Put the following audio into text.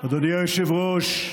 היושב-ראש,